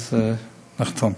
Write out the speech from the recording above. נחתום.